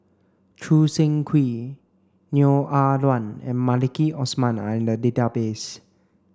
Choo Seng Quee Neo Ah Luan and Maliki Osman are in the database